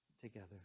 together